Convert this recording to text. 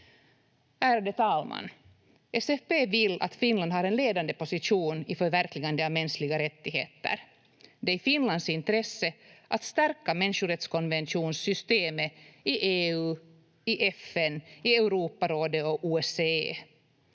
Ärade talman! SFP vill att Finland har en ledande position i förverkligandet av mänskliga rättigheter. Det är i Finlands intresse att stärka människorättskonventionssystemet i EU, i FN, i Europarådet och OSCE.